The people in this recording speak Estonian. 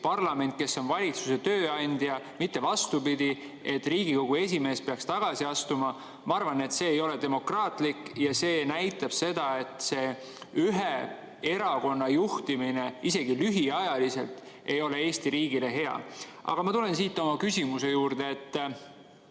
parlament on valitsuse tööandja, mitte vastupidi –, et Riigikogu esimees peaks tagasi astuma. Ma arvan, et see ei ole demokraatlik ja see näitab seda, et see ühe erakonna juhtimine isegi lühiajaliselt ei ole Eesti riigile hea. Aga ma tulen oma küsimuse juurde.